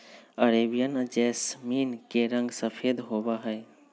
Arabian jasmine के रंग सफेद होबा हई